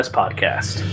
podcast